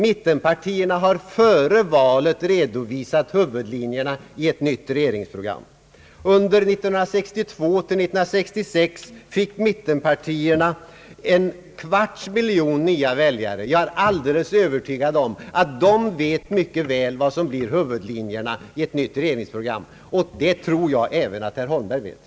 Mit tenpartierna har före valet redovisat huvudlinjerna i ett nytt regeringsprogram. Under 1962—1966 fick mittenpartierna en kvarts miljon nya väljare. Jag är helt övertygad om att dessa väljare mycket väl känner till huvudlinjerna i ett nytt regeringsprogram. Och det tror jag även att herr Holmberg gör.